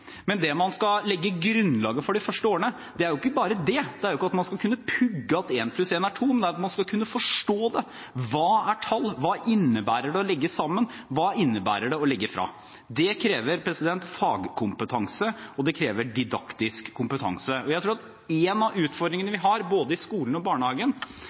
men det man skal legge grunnlaget for de første årene, er jo ikke bare det – det er ikke at man skal kunne pugge at en pluss en er to, det er at man skal kunne forstå hva tall er, hva det innebærer å legge sammen, hva det innebærer å trekke fra. Det krever fagkompetanse, og det krever didaktisk kompetanse. Jeg tror at en av utfordringene vi har i både skolen og barnehagen,